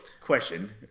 question